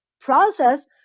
process